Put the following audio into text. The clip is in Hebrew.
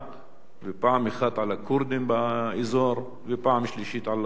פעם אחת על הכורדים באזור ופעם שלישית על הרוסים.